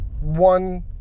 one